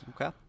Okay